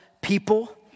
people